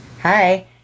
Hi